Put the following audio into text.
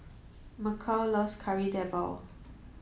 Mykel loves Kari Debal